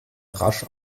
rasch